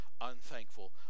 unthankful